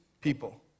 people